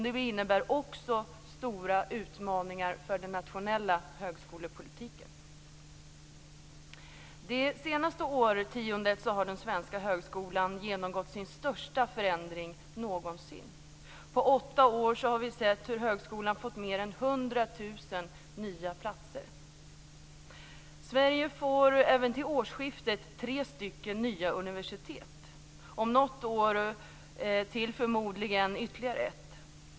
Det innebär också stora utmaningar för den nationella högskolepolitiken. Det senaste årtiondet har den svenska högskolan genomgått sin största förändring någonsin. På åtta år har vi sett hur högskolan fått mer än 100 000 nya platser. Sverige får till årsskiftet tre nya universitet och om något år till förmodligen ytterligare ett.